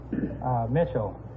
Mitchell